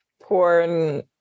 porn